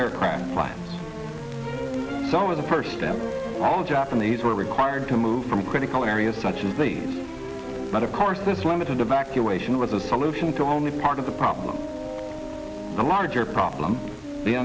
aircraft but some of the first them all japanese were required to move from critical areas such as these but of course this limited evacuation was a solution to only part of the problem the larger problem the